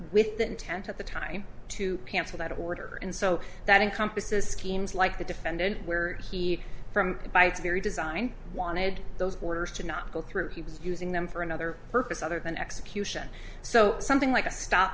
intent at the time to cancel that order and so that encompasses schemes like the defendant where he from by its very design wanted those orders to not go through he was using them for another purpose other than execution so something like a stop